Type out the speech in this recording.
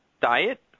diet